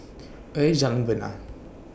Where IS Jalan Bena